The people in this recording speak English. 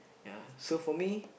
ya so for me